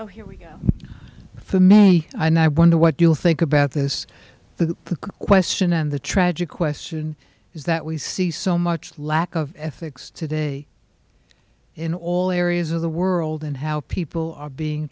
oh here we go and i wonder what do you think about this the question and the tragic question is that we see so much lack of ethics today in all areas of the world in how people are being